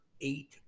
eight